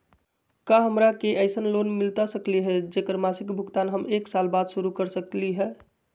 का हमरा के ऐसन लोन मिलता सकली है, जेकर मासिक भुगतान हम एक साल बाद शुरू कर सकली हई?